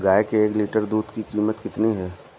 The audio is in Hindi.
गाय के एक लीटर दूध की कीमत कितनी है?